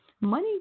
Money